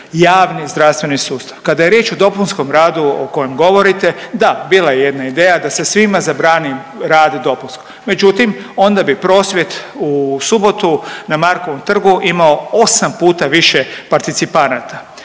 javni zdravstveni sustav. Kada je riječ o dopunskom radu o kojem govorite, da bila je jedna ideja da se svima zabrani rad dopunski, međutim onda bi prosvjed u subotu na Markovom trgu imao 8 puta više participanata